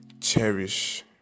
cherish